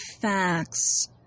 facts